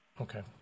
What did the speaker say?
Okay